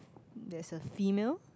there's a female